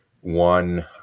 one